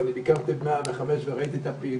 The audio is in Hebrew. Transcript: ואני ביקרתי במטה הלאומי 105 וראיתי את הפעילות,